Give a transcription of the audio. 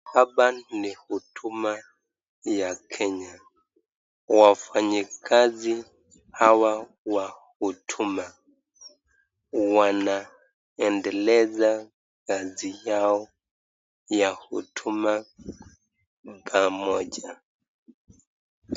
Hapa ni Huduma ya Kenya. Wafanyikazi hawa wa Huduma wanaendeleza kazi yao ya huduma pamoja.